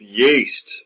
yeast